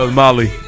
molly